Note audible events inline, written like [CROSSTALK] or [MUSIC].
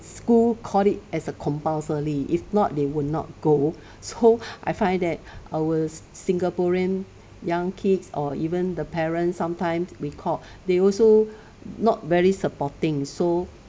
school called it as a compulsory if not they would not go [BREATH] so I find that [BREATH] ours singaporean young kids or even the parents sometimes we called [BREATH] they also not very supporting so